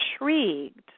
intrigued